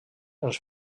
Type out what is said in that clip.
els